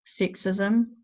sexism